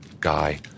guy